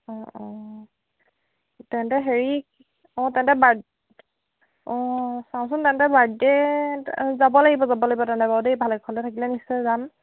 অঁ অঁ তেন্তে হেৰি অঁ তেন্তে বাৰ্থ ডে অঁ চাওঁচোন তেন্তে বাৰ্থ ডে যাব লাগিব যাব লাগিব তেন্তে বাৰু দেই ভালে কুশলে থাকিলে নিশ্চয় যাম